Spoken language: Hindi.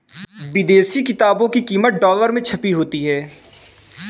विदेशी किताबों की कीमत डॉलर में छपी होती है